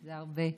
זה הרבה,